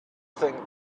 think